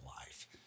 life